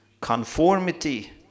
conformity